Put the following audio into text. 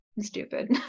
Stupid